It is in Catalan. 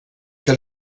que